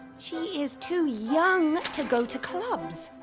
she is too young to go to clubs